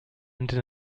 ended